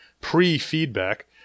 pre-feedback